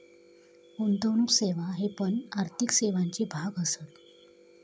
गुंतवणुक सेवा हे पण आर्थिक सेवांचे भाग असत